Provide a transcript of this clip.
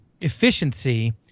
efficiency